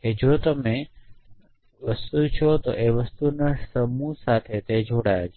કે જો તમે કાં નશ્વર છે તે વસ્તુઓના સમૂહ સાથે જોડાયેલા છો